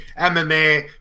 mma